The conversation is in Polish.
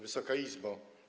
Wysoka Izbo!